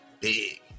big